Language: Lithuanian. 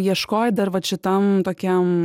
ieškojai dar vat šitam tokiam